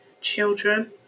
children